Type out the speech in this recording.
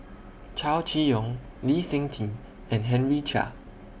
Chow Chee Yong Lee Seng Tee and Henry Chia